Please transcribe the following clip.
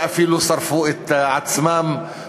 אפילו שרפו את עצמם,